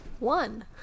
One